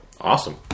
Awesome